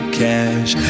cash